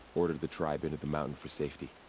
ordered the tribe into the mountain for safety.